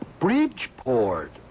Bridgeport